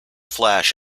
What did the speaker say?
flash